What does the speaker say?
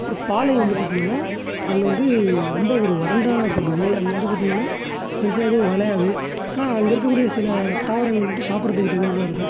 அப்புறம் பாலை வந்து பார்த்தீங்கன்னா அங்கே வந்து ரொம்ப ஒரு வறண்டப் பகுதி அங்கே வந்து பார்த்தீங்கன்னா பெரிசா எதுவும் விளையாது ஆனால் அங்கே இருக்கக் கூடிய சில தாவரங்கள் மட்டும் சாப்பிட்றதுக்கு தகுந்ததாக இருக்கும்